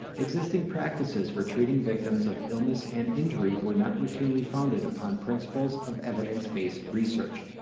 existing practices for treating victims of illness and injury were not routinely founded upon principles of evidence-based research.